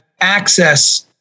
access